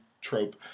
trope